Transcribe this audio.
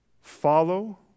Follow